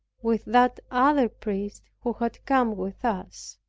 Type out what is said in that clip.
with that other priest who had come with us.